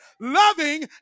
loving